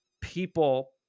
people